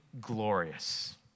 glorious